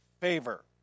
favor